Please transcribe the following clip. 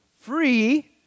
free